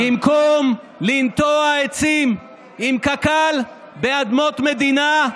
במקום לנטוע עצים עם קק"ל באדמות מדינה,